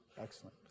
excellent